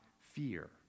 fear